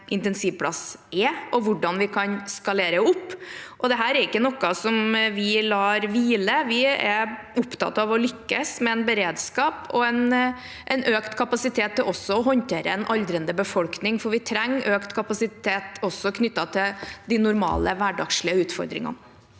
intensivplass er, og hvordan vi kan skalere opp. Dette er ikke noe vi lar hvile. Vi er opptatt av å lykkes med en beredskap og en økt kapasitet til også å håndtere en aldrende befolkning, for vi trenger økt kapasitet også knyttet til de normale, hverdagslige utfordringene.